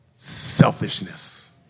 selfishness